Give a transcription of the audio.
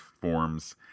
forms